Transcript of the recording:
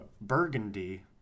burgundy